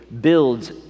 builds